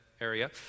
area